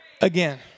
again